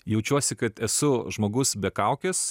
jaučiuosi kad esu žmogus be kaukės